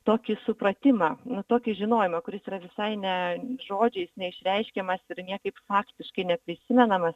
tokį supratimą nu tokį žinojimą kuris yra visai ne žodžiais neišreiškiamas ir niekaip faktiškai neprisimenamas